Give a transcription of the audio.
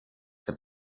have